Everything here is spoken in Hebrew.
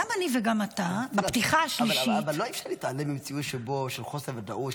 אבל אי-אפשר להתעלם ממציאות של חוסר ודאות,